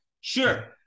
sure